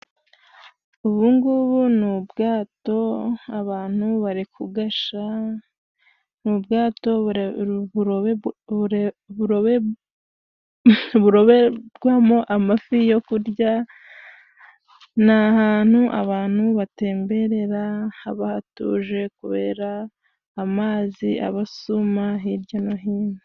Ubungubu ni ubwato abantu barikugasha ,ubwato buroberwamo amafi yo kurya nahantu abantu batemberera haba hatuje kubera amazi abasuma hirya no hino.